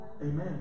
amen